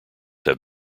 have